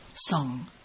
song